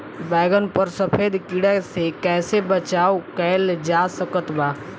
बैगन पर सफेद कीड़ा से कैसे बचाव कैल जा सकत बा?